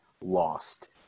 lost